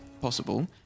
possible